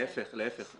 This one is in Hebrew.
להיפך.